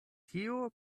tio